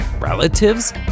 relatives